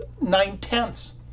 nine-tenths